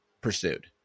pursued